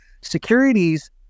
Securities